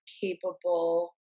capable